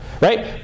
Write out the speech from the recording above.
right